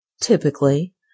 Typically